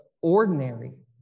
ordinary